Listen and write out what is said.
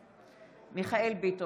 בעד מיכאל מרדכי ביטון,